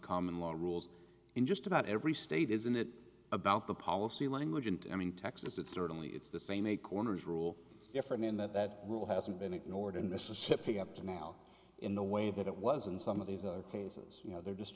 common law rules in just about every state isn't it about the policy language and i mean texas it's certainly it's the same a coroner's rule different in that that rule hasn't been ignored in mississippi up to now in the way that it was in some of these other cases you know they're